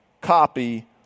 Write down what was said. copy